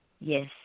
Yes